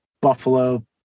Buffalo